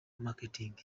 marketing